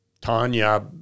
Tanya